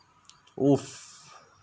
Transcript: !oof!